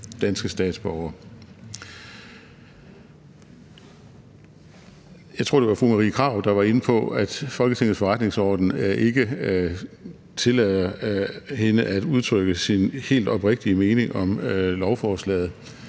danske statsborgere. Jeg tror, det var fru Marie Krarup, der var inde på, at Folketingets forretningsorden ikke tillader hende at udtrykke sin helt oprigtige mening om lovforslaget.